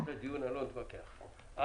הלאה.